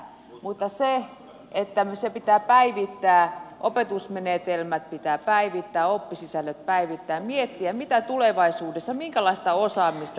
mutta se pitää päivittää opetusmenetelmät pitää päivittää oppisisällöt päivittää miettiä minkälaista osaamista me tulevaisuudessa tarvitsemme